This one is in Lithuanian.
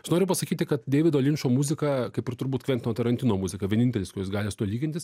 aš noriu pasakyti kad deivido linčo muzika kaip ir turbūt kvientino tarantino muzika vienintelis kuris gali su tuo lygintis